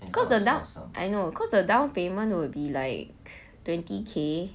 because the down I know cause the down payment will be like twenty K